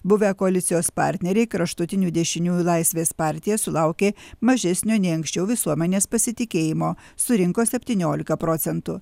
buvę koalicijos partneriai kraštutinių dešiniųjų laisvės partija sulaukė mažesnio nei anksčiau visuomenės pasitikėjimo surinko septyniolika procentų